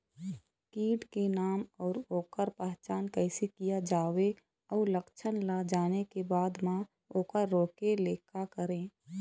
कीट के नाम अउ ओकर पहचान कैसे किया जावे अउ लक्षण ला जाने के बाद मा ओकर रोके ले का करें?